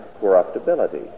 corruptibility